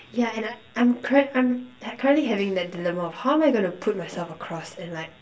yeah and I I'm correct I'm currently having that dilemma of how am I gonna put myself across and like